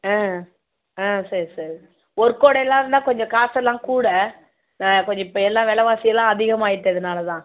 ஆ ஆ சரி சரி ஓர்க்கோடெல்லாம் இருந்தால் கொஞ்சம் காசெல்லாம் கூட ஆ கொஞ்சம் இப்போ வில வாசி எல்லாம் அதிகமாயிட்டதுனால தான்